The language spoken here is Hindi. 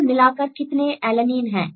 कुल मिलाकर कितने एलेनीन हैं